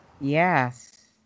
yes